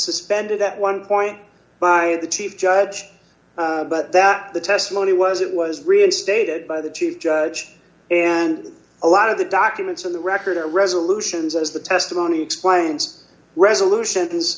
suspended at one point by the chief judge but that the testimony was it was reinstated by the chief judge and a lot of the documents of the record are resolutions as the testimony explains resolutions